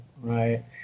right